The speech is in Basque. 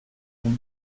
zen